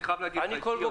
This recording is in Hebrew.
אני חייב להגיד לך.